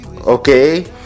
Okay